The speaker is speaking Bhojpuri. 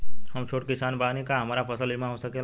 हम छोट किसान बानी का हमरा फसल बीमा हो सकेला?